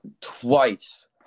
Twice